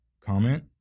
comment